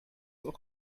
auch